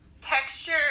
texture